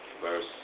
verse